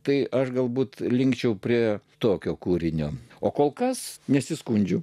tai aš galbūt linkčiau prie tokio kūrinio o kol kas nesiskundžiu